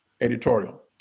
editorial